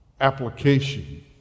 application